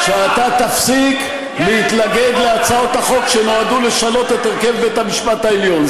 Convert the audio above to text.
שאתה תפסיק להתנגד להצעות החוק שנועדו לשנות את הרכב בית-המשפט העליון.